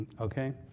Okay